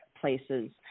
places